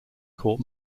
court